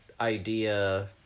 idea